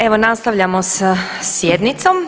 Evo nastavljamo sa sjednicom.